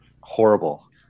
horrible